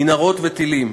מנהרות וטילים.